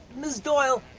ms doyle,